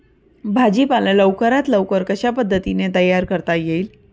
भाजी पाला लवकरात लवकर कशा पद्धतीने तयार करता येईल?